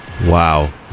Wow